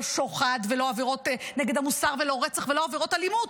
לא שוחד ולא עבירות נגד המוסר ולא רצח ולא עבירות אלימות.